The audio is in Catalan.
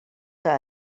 que